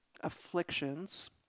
afflictions